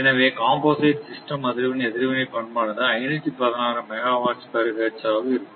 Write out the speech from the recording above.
எனவே composite system அதிர்வெண் எதிர்வினை பண்பானது 516 மெகாவாட்ஸ் பெர் ஹெர்ட்ஸ் ஆக இருக்கும்